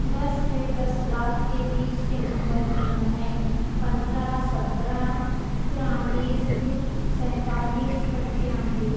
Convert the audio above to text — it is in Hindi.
दस से दस लाख के बीच के नंबर निम्न हैं पंद्रह सत्रह तिरालीस सैंतालीस पंचानवे